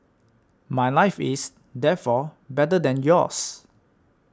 my life is therefore better than yours